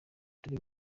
turi